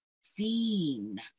seen